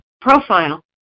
profile